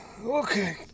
Okay